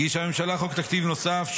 הגישה הממשלה חוק תקציב נוסף,